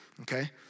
Okay